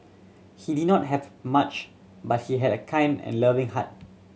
he did not have much but he had a kind and loving heart